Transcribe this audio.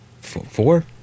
four